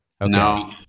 no